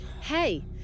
Hey